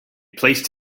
placed